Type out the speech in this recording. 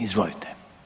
Izvolite.